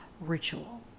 ritual